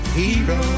hero